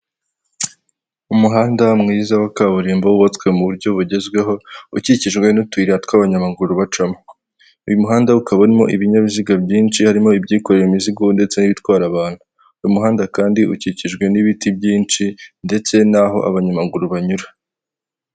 Umuhanda mwiza wa kaburimbo wubatswe mu buryo bugezweho ukikijwe n'utuyira tw'abanyamaguru bacamo, uyu muhanda ukaba urimo ibinyabiziga byinshi harimo ibyikorewe imizigo ndetse n'ibitwara abantu, uyu muhanda kandi ukikijwe n'ibiti byinshi ndetse n'aho abanyamaguru banyura.